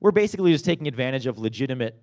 were basically taking advantage of legitimate